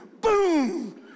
boom